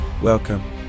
Welcome